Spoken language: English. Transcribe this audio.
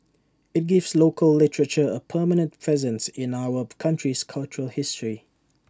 IT gives local literature A permanent presence in our country's cultural history